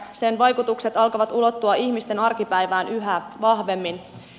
sen vaikutukset alkavat ulottua ihmisten arkipäivään yhä vahvemmin